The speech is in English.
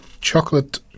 chocolate